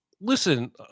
listen